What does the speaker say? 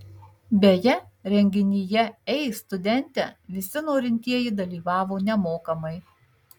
beje renginyje ei studente visi norintieji dalyvavo nemokamai